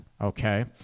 okay